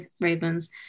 ravens